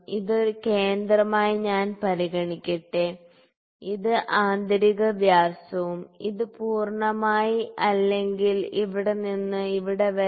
ഇത് ഒരു കേന്ദ്രമായി ഞാൻ പരിഗണിക്കട്ടെ ഇത് ആന്തരിക വ്യാസവും ഇത് പൂർണ്ണമായി അല്ലെങ്കിൽ ഇവിടെ നിന്ന് ഇവിടെ വരെ ബാഹ്യ വ്യാസമാണ്